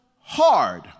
hard